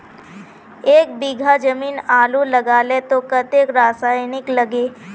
एक बीघा जमीन आलू लगाले तो कतेक रासायनिक लगे?